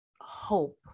hope